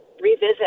revisit